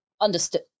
understood